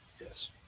Yes